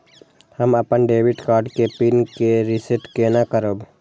हम अपन debit card के पिन के रीसेट केना करब?